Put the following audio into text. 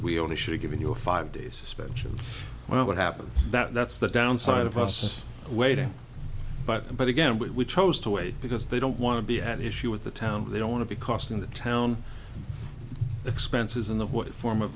we only should give it your five days suspension well what happens that's the downside of us waiting but but again we chose to wait because they don't want to be at issue with the town they don't want to be costing the town expenses in the what form of